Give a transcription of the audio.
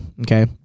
Okay